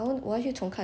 because of hyun bin